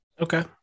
Okay